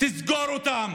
תסגור אותם.